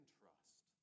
trust